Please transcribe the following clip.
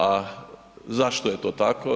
A zašto je to tako?